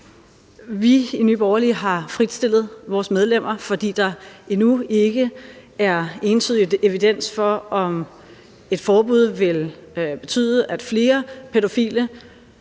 Vi i Nye Borgerlige har fritstillet vores medlemmer, fordi der endnu ikke er entydig evidens for, om et forbud vil betyde, at flere pædofile